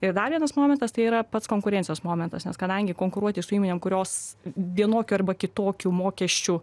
ir dar vienas momentas tai yra pats konkurencijos momentas nes kadangi konkuruoti su įmonėm kurios vienokių arba kitokių mokesčių